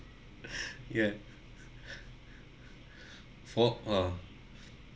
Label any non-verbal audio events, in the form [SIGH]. [LAUGHS] ya [LAUGHS] for ah